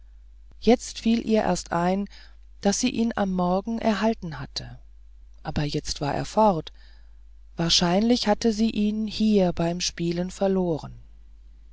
jetzt fiel ihr erst ein daß sie ihn am morgen erhalten hatte aber jetzt war er fort wahrscheinlich hatte sie ihn hier beim spielen verloren